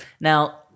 Now